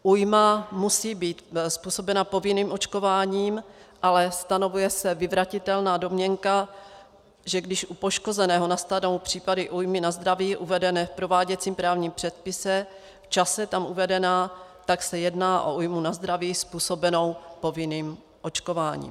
Újma musí být způsobena povinným očkováním, ale stanovuje se vyvratitelná domněnka, že když u poškozeného nastanou případy újmy na zdraví uvedené v prováděcím právním předpise v čase tam uvedené, tak se jedná o újmu na zdraví způsobenou povinným očkováním.